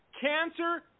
Cancer